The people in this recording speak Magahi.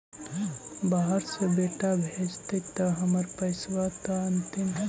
बाहर से बेटा भेजतय त हमर पैसाबा त अंतिम?